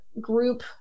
group